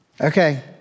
Okay